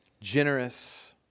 generous